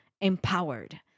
empowered